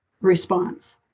response